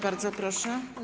Bardzo proszę.